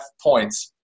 points